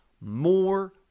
More